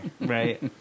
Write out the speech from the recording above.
Right